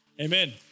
Amen